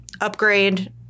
upgrade